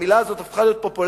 המלה הזאת הפכה להיות פופולרית,